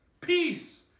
Peace